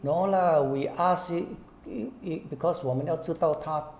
no lah we ask it because 我们要知道他